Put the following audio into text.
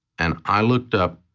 and i looked up,